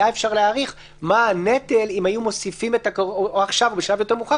היה אפשר להעריך מה הנטל אם היו מוסיפים או עכשיו או בשלב יותר מאוחר